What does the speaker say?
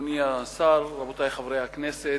אדוני השר, רבותי חברי הכנסת,